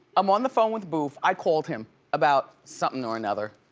i'm on the phone with booth. i called him about something or another.